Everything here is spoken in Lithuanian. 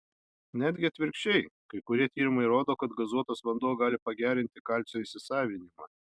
netgi atvirkščiai kai kurie tyrimai rodo kad gazuotas vanduo gali pagerinti kalcio įsisavinimą